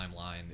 timeline